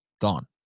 Gone